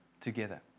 together